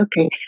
okay